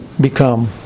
become